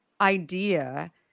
idea